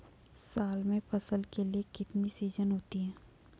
साल में फसल के कितने सीजन होते हैं?